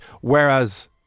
whereas